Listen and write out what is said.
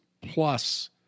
plus